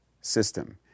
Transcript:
system